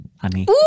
honey